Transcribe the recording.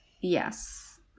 Yes